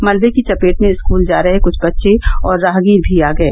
मलबे की चपेट में स्कूल जा रहे कुछ बच्चे और राहगीर भी आ गये